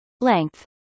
Length